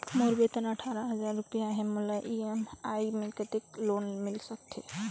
मोर वेतन अट्ठारह हजार रुपिया हे मोला ई.एम.आई मे कतेक लोन मिल सकथे?